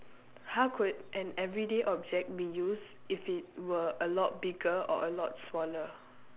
how could an everyday object be used if it were a lot bigger or a lot smaller